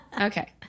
Okay